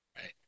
right